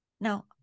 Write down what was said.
now